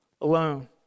alone